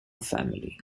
family